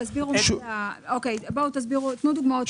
תנו דוגמאות.